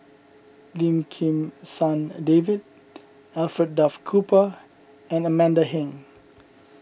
Lim Kim San David Alfred Duff Cooper and Amanda Heng